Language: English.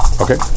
Okay